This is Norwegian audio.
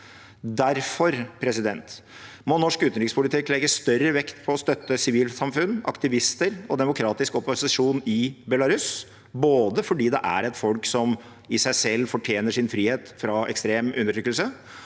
Derfor må norsk utenrikspolitikk legge større vekt på å støtte sivilsamfunn, aktivister og demokratisk opposisjon i Belarus, både fordi det er et folk som i seg selv fortjener sin